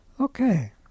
Okay